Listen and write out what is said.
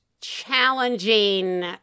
challenging